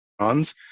runs